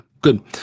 good